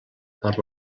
per